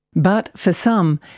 but for some,